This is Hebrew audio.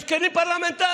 יש כלים פרלמנטריים.